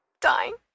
Dying